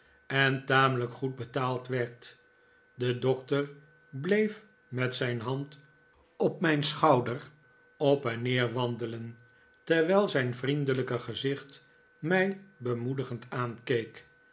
en tamelijk goed betaald werd de doctor bleef met zijn hand op mijn schouder op en neer wandelen terwijl zijn vriendelijke gezicht mij bemoedigend